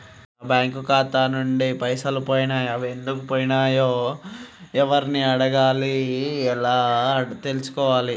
నా బ్యాంకు ఖాతా నుంచి పైసలు పోయినయ్ అవి ఎందుకు పోయినయ్ ఎవరిని అడగాలి ఎలా తెలుసుకోవాలి?